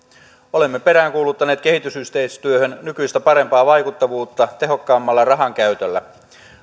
olemme peräänkuuluttaneet kehitysyhteistyöhön nykyistä parempaa vaikuttavuutta tehokkaammalla rahankäytöllä